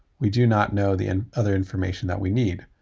we do not know the and other information that we need.